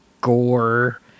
gore